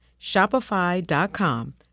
Shopify.com